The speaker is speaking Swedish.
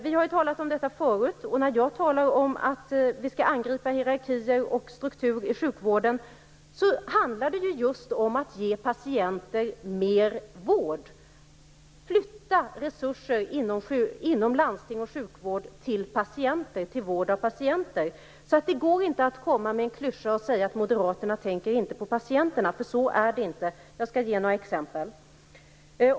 Vi har talat om detta förut, och när jag talar om att vi skall angripa hierarkier och struktur i sjukvården handlar det just om att ge patienter mer vård och om att flytta resurser inom landsting och sjukvård till vård av patienter. Det går alltså inte att komma med en klyscha och säga att moderaterna inte tänker på patienterna, för så är det inte. Jag skall ge några exempel.